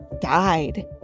died